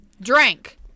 Drink